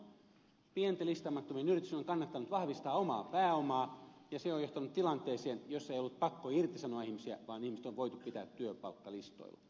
pienten listaamattomien yritysten on kannattanut vahvistaa omaa pääomaa ja se on johtanut tilanteeseen jossa ei ole ollut pakko irtisanoa ihmisiä vaan ihmiset on voitu pitää palkkalistoilla